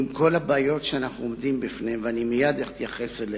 עם כל הבעיות שאנחנו עומדים בפניהן ואני מייד אתייחס אליהן,